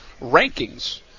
rankings